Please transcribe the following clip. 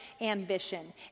ambition